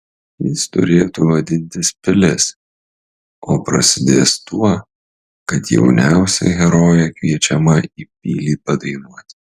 jis turėtų vadintis pilis o prasidės tuo kad jauniausia herojė kviečiama į pilį padainuoti